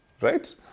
Right